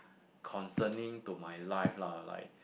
concerning to my life lah like